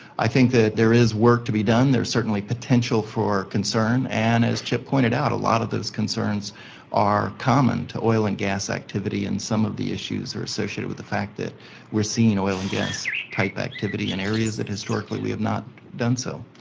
i think that there is work to be done, though certainly potential for concern, and as chip pointed out, a lot of those concerns are common to oil and gas activities and some of the issues are associated with the fact that we are seeing oil and gas type activity in areas that historically we have not done so.